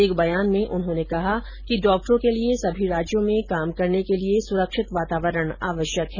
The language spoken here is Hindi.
एक बयान में उन्होंने कहा कि डॉक्टरों के लिए सभी राज्यों में काम करने के लिए सुरक्षित वातावरण आवश्यक है